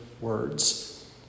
words